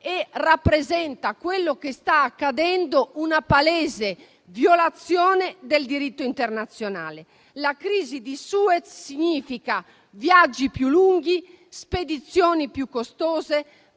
globale. Quello che sta accadendo rappresenta una palese violazione del diritto internazionale. La crisi di Suez significa viaggi più lunghi, spedizioni più costose,